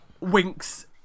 winks